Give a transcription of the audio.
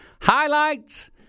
highlights